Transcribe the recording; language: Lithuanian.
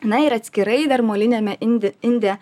na ir atskirai dar moliniame ind inde